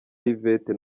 yvette